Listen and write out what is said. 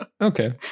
Okay